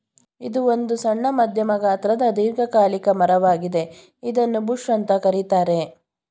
ಇದು ಒಂದು ಸಣ್ಣ ಮಧ್ಯಮ ಗಾತ್ರದ ದೀರ್ಘಕಾಲಿಕ ಮರ ವಾಗಿದೆ ಇದನ್ನೂ ಬುಷ್ ಅಂತ ಕರೀತಾರೆ